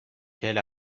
quel